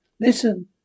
listen